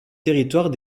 territoires